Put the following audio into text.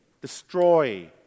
destroy